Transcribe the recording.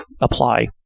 apply